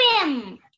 swim